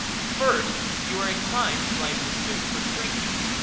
at first you are inclined to blame the suit for shrinking,